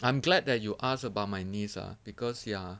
I am glad that you ask about my niece ah because ya